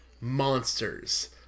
monsters